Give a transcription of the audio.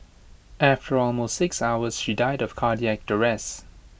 after almost six hours she died of cardiac arrest